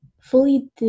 fully